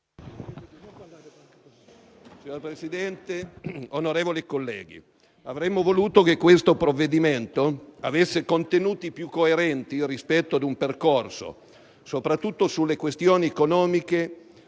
Signor Presidente, onorevoli colleghi, avremmo voluto che questo provvedimento avesse contenuti più coerenti rispetto ad un percorso, soprattutto per quanto riguarda le questioni economiche,